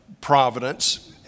providence